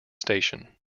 station